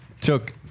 took